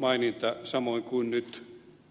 hallitusohjelmassa on samoin kuin nyt